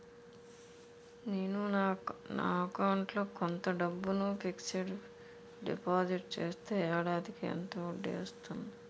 నేను నా అకౌంట్ లో కొంత డబ్బును ఫిక్సడ్ డెపోసిట్ చేస్తే ఏడాదికి ఎంత వడ్డీ వస్తుంది?